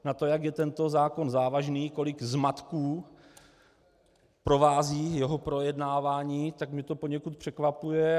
Na to, jak je tento zákon závažný, kolik zmatků provází jeho projednávání, tak mě to poněkud překvapuje.